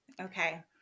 Okay